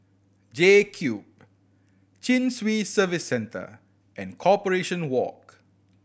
JCube Chin Swee Service Centre and Corporation Walk